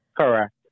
Correct